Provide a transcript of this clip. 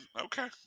Okay